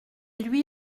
lui